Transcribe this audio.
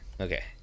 Okay